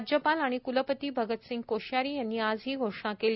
राज्यपाल आणि क्लपती भगतसिंह कोश्यारी यांनी आज ही घोषणा केली